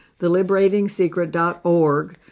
theliberatingsecret.org